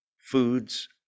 foods